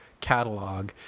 catalog